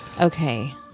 Okay